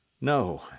no